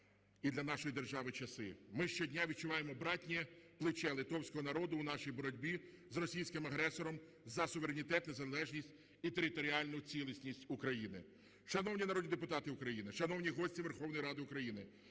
і для нашої держави часи. Ми щодня відчуваємо братнє плече литовського народу в нашій боротьбі з російським агресором за суверенітет, незалежність і територіальну цілісність України. Шановні народні депутати України, шановні гості Верховної Ради України,